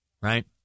right